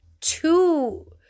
two